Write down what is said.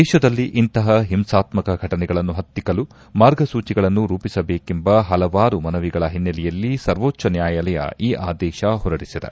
ದೇಶದಲ್ಲಿ ಇಂತಹ ಹಿಂಸಾತ್ನಕ ಫಟನೆಗಳನ್ನು ಪತ್ತಿಕ್ಕಲು ಮಾರ್ಗಸೂಚಗಳನ್ನು ರೂಪಿಸಬೇಕೆಂಬ ಹಲವಾರು ಮನವಿಗಳ ಹಿನ್ನೆಲೆಯಲ್ಲಿ ಸರ್ವೋಚ್ದ ನ್ಯಾಯಾಲಯ ಈ ಆದೇಶ ಹೊರಡಿಸಿದೆ